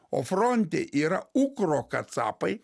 o fronte yra ukrokacapai